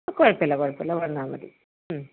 കുഴപ്പമില്ല കുഴപ്പമില്ല വന്നാൽ മതി മ്